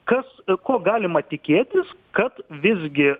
kas ko galima tikėtis kad visgi